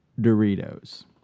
Doritos